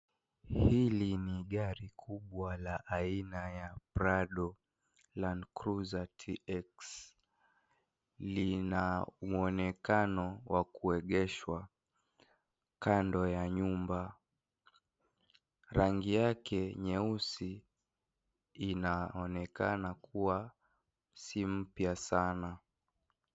Hili ni gari kubwa la aina ya Prado Land cruiser TX. Lina mwonekano wa kuegeshwa kando ya nyumba. Rangi yake nyeusi inaonekana kuwa si mpya sana.